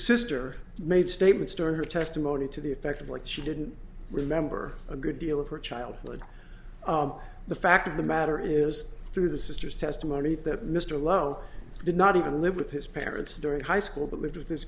sister made statements during her testimony to the effect of what she didn't remember a good deal of her childhood the fact of the matter is through the sister's testimony that mr lowe did not even live with his parents during high school but lived with his